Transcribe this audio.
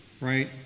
right